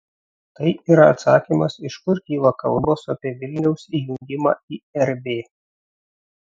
tai yra atsakymas iš kur kyla kalbos apie vilniaus įjungimą į rb